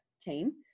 team